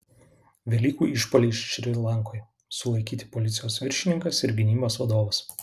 velykų išpuoliai šri lankoje sulaikyti policijos viršininkas ir gynybos vadovas